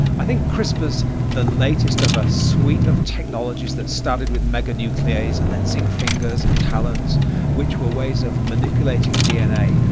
i think crispr is the latest of a suite of technologies that started with mega-nuclease and then zinc fingers and talens which were ways of manipulating dna.